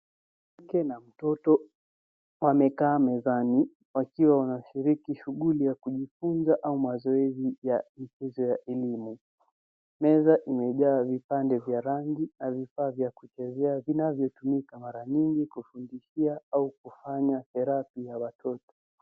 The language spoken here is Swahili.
Mwanamke na mtoto wamekaa mezani wakiwa wanashiriki shughuli ya kujifunza au mazoezi ya elimu. Meza imejaa vipande vya rangi na vifaa vya kuchezea vinavyotumika mara nyingi kufundishia au kufanya zeraki ya watoto.